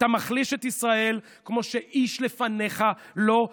אתה מחליש את ישראל כמו שאיש לא החליש.